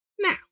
Now